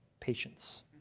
Patience